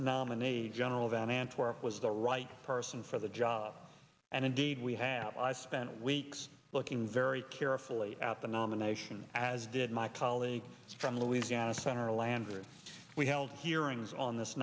nominee general van antwerp was the right person for the job and indeed we have i spent weeks looking very carefully at the nomination as did my colleague from louisiana senator landrieu we held hearings on this